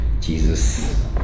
Jesus